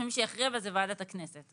ומי שיכריע בזה תהיה ועדת הכנסת,